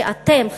שאתם,